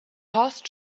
horse